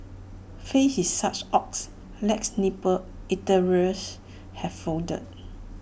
faced with such odds less nimble eateries have folded